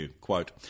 Quote